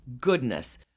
Goodness